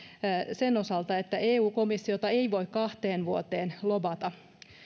sen osalta että eu komissiota ei voi kahteen vuoteen lobata